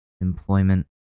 employment